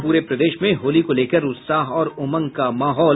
और पूरे प्रदेश में होली को लेकर उत्साह और उमंग का माहौल